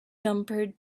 jumper